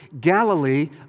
Galilee